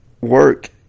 work